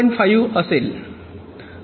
5 असेल